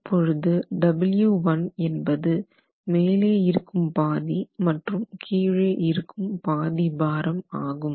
இப்பொழுது W1 என்பது மேலே இருக்கும் பாதி மற்றும் கீழே இருக்கும் பாதி பாரம் ஆகும்